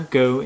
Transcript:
go